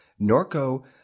Norco